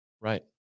Right